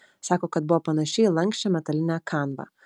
sako kad buvo panaši į lanksčią metalinę kanvą